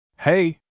Hey